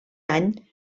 any